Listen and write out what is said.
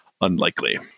unlikely